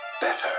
better